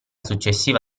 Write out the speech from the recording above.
successiva